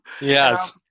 Yes